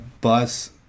bus